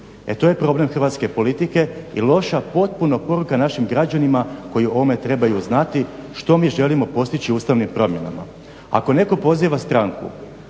E to je problem hrvatske politike i loša potpuno poruka našim građanima koji o ovome trebaju znati što mi želimo postići ustavnim promjenama. Ako netko poziva stranku